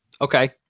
Okay